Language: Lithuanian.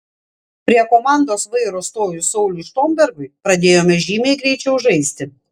prie komandos vairo stojus sauliui štombergui pradėjome žymiai greičiau žaisti